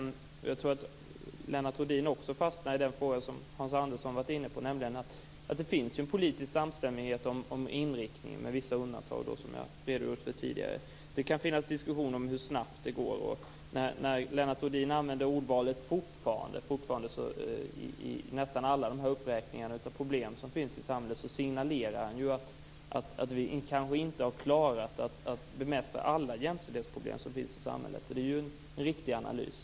Lennart Rohdin fastade på den fråga som också Hans Andersson var inne på, nämligen att det finns en politisk samstämmighet om inriktningen - med vissa undantag, som jag redogjorde för tidigare. Man kan diskutera hur snabbt det går. När Lennart Rohdin använder ordet "fortfarande" i nästan alla uppräkningar av problemen i samhället, signalerar han att vi kanske inte klarat att bemästra alla jämställdhetsproblem som finns i samhället. Det är en riktig analys.